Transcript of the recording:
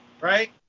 right